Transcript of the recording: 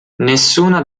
nessuna